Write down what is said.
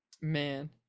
Man